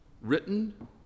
written